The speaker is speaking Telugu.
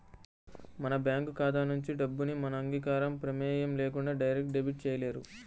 మన బ్యేంకు ఖాతా నుంచి డబ్బుని మన అంగీకారం, ప్రమేయం లేకుండా డైరెక్ట్ డెబిట్ చేయలేరు